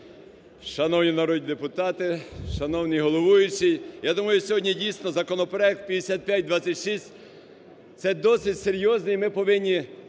Шановні народні депутати, шановний головуючий! Я думаю, сьогодні дійсно законопроект 5526 – це досить серйозний, ми повинні